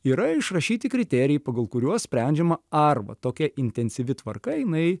yra išrašyti kriterijai pagal kuriuos sprendžiama arba tokia intensyvi tvarka jinai